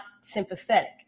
sympathetic